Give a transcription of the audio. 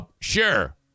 Sure